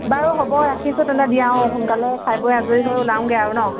বাৰু হ'ব ৰাখিছোঁ তেনে দিয়া আৰু সোনকালে খাই বৈ আজৰি হৈ ওলাওঁগৈ আৰু ন